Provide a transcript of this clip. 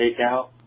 takeout